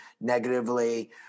negatively